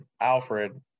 Alfred